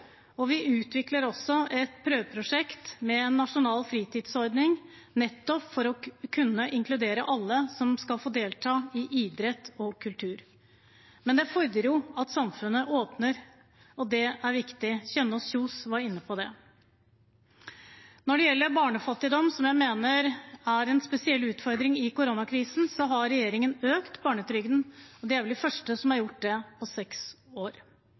Vi utvikler også et prøveprosjekt med en nasjonal fritidskortordning for at alle skal få delta i idrett og kultur. Men det fordrer jo at samfunnet åpnes, og det er viktig. Representanten Kjønaas Kjos var inne på det. Når det gjelder barnefattigdom, som jeg mener er en spesiell utfordring i koronakrisen, har regjeringen økt barnetrygden. Vi er vel de første som har gjort det på seks år.